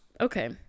okay